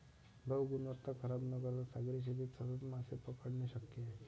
भाऊ, गुणवत्ता खराब न करता सागरी शेतीत सतत मासे पकडणे शक्य आहे